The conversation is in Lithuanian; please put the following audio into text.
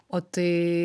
o tai